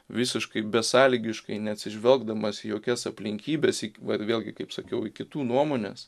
visiškai besąlygiškai neatsižvelgdamas į jokias aplinkybes bet vėlgi kaip sakiau kitų nuomones